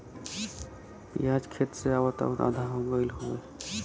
पियाज खेत से आवत आवत आधा हो गयल हउवे